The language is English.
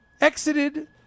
exited